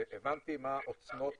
וכשהבנתי מה עוצמות